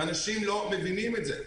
ואנשים לא מבינים את זה.